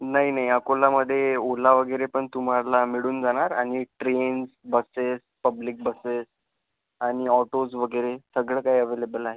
नाई नाई अकोलामधे ओला वगेरेपन तुमाला मिडून जानार आनि ट्रेन बसेस पब्लिक बसेस आणि ऑटोज वगेरे सगळं काई ॲवलेबल आहे